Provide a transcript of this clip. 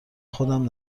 خودم